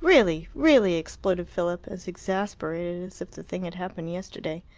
really really, exploded philip, as exasperated as if the thing had happened yesterday.